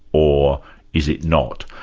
or is it not.